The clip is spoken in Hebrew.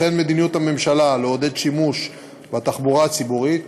וכן מדיניות הממשלה לעודד שימוש בתחבורה הציבורית,